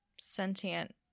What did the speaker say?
sentient